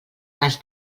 cas